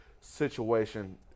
situation